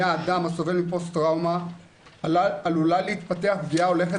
האדם הסובל מפוסט טראומה עלולה להתפתח פגיעה הולכת